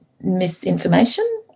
misinformation